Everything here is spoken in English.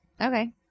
Okay